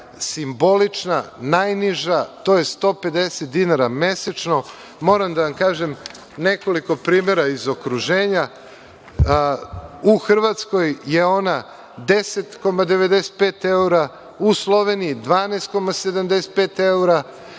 simbolična, najniža, to je 150 dinara mesečno. Moram da vam kažem nekoliko primera iz okruženja. U Hrvatskoj je ona 10,95 evra, u Sloveniji 12,75 evra. Mi